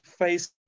face